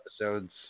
episodes